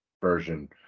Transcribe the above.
version